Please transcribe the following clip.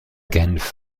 genf